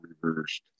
reversed